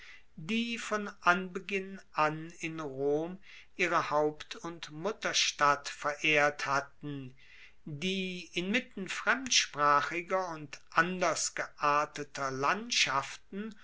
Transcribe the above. die von anbeginn an in rom ihre haupt und mutterstadt verehrt hatten die inmitten fremdsprachiger und anders gearteter landschaften